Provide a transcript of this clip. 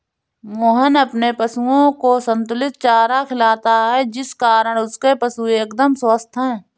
मोहन अपने पशुओं को संतुलित चारा खिलाता है जिस कारण उसके पशु एकदम स्वस्थ हैं